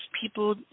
people